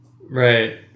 Right